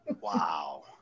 Wow